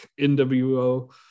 NWO